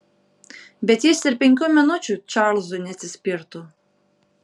bet jis ir penkių minučių čarlzui neatsispirtų